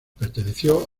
perteneció